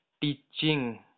teaching